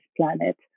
planet